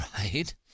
Right